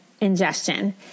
ingestion